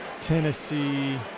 Tennessee